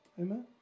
Amen